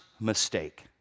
mistake